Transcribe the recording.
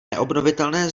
neobnovitelné